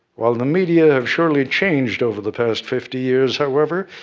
while the media have, surely, changed over the past fifty years, however,